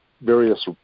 various